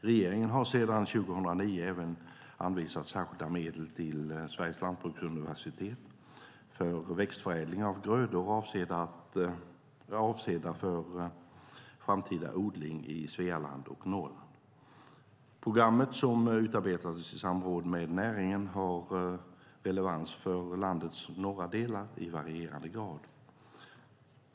Regeringen har sedan 2009 även anvisat särskilda medel till Sveriges lantbruksuniversitet för växtförädling av grödor avsedda för framtida odling i Svealand och Norrland. Programmet som utarbetades i samråd med näringen har relevans för landets norra delar i varierande grad.